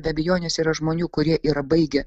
be abejonės yra žmonių kurie yra baigę